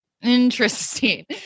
interesting